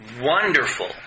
wonderful